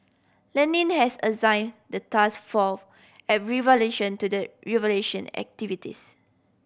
Lenin has assigned the task for revolution to the revolution activist